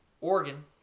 Oregon